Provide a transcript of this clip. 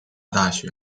大学